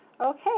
Okay